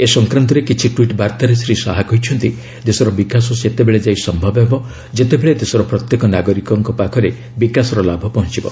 ଏ ସଂକ୍ରାନ୍ତରେ କିଛି ଟ୍ପିଟ୍ ବାର୍ତ୍ତାରେ ଶ୍ରୀ ଶାହା କହିଛନ୍ତି ଦେଶର ବିକାଶ ସେତେବେଳେ ଯାଇ ସମ୍ଭବ ହେବ ଯେତେବେଳେ ଦେଶର ପ୍ରତ୍ୟେକ ନାଗରିକଙ୍କ ପାଖରେ ବିକାଶର ଲାଭ ପହଞ୍ଚିବ